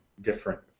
different